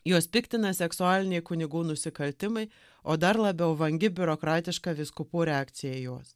juos piktina seksualiniai kunigų nusikaltimai o dar labiau vangi biurokratiška vyskupų reakcija į juos